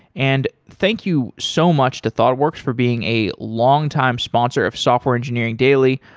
and thank you so much to thoughtworks for being a longtime sponsor of software engineering daily.